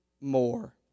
more